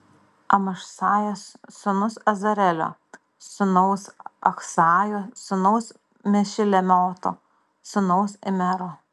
amašsajas sūnus azarelio sūnaus achzajo sūnaus mešilemoto sūnaus imero